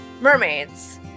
mermaids